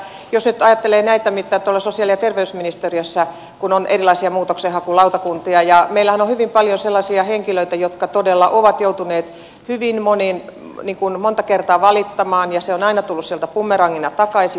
mutta jos nyt ajattelee mitä erilaisia muutoksenhakulautakuntia on tuolla sosiaali ja terveysministeriössä niin meillähän on hyvin paljon sellaisia henkilöitä jotka todella ovat joutuneet hyvin monta kertaa valittamaan ja se on aina tullut sieltä bumerangina takaisin